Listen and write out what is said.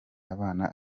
abana